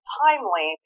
timely